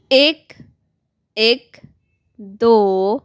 ਇੱਕ ਇੱਕ ਦੋ